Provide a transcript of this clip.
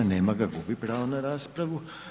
Nema ga, gubi pravo na raspravu.